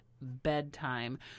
Bedtime